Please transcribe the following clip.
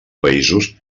països